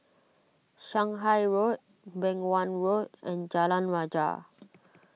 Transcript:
Shanghai Road Beng Wan Road and Jalan Rajah